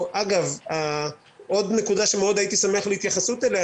נקודה נוספת שהייתי רוצה להתייחס אליה